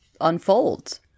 unfolds